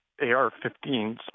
AR-15s